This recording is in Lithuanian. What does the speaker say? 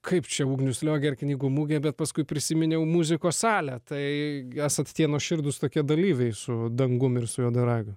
kaip čia ugnius liogė ir knygų mugė bet paskui prisiminiau muzikos salę tai esate tie nuoširdūs tokie dalyviai su dangum ir su juodaragiu